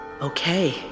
Okay